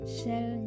Shell